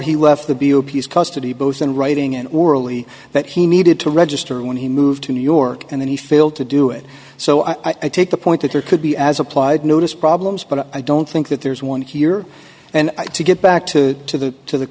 he left the b o p s custody both in writing and orally that he needed to register when he moved to new york and then he failed to do it so i take the point that there could be as applied notice problems but i don't think that there's one here and to get back to to the